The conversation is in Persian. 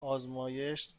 آزمایش